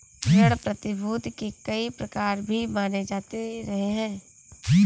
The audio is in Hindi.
ऋण प्रतिभूती के कई प्रकार भी माने जाते रहे हैं